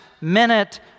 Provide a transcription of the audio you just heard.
minute